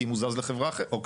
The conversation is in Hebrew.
כי אם הוא זז לחברה אחרת, אוקיי.